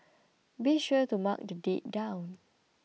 be sure to mark the date down